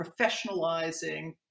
professionalizing